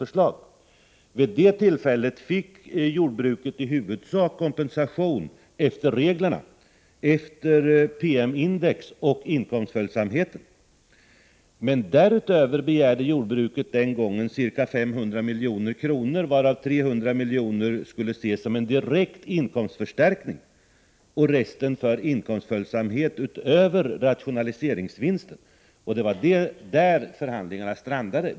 Vid det förra tillfället fick jordbruket i huvudsak kompensation enligt reglerna, enligt PM-index och med hänsyn till inkomstföljsamheten. Men därutöver begärde jordbruket ca 500 milj.kr., varav 300 milj.kr. skulle ses som en direkt inkomstförstärkning och resten avse inkomstföljsamhet utöver rationaliseringsvinsten. Det var där förhandlingarna strandade.